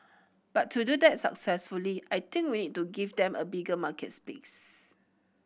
but to do that successfully I think we need to give them a bigger market space